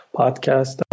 podcast